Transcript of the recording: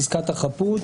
חזקת החפות.